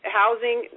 housing